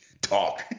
Talk